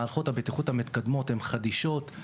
מערכות הבטיחות המתקדמות הן חדישות.